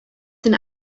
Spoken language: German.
den